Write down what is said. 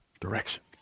directions